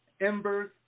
embers